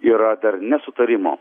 yra dar nesutarimo